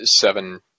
seven